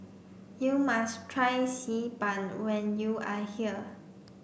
you must try xi ban when you are here